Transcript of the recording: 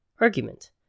Argument